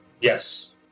Yes